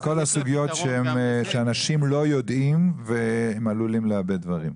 לכל הסוגיות שאנשים לא יודעים והם עלולים לאבד דברים.